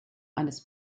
eines